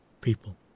people